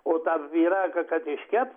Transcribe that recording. o tą pyragą kad iškept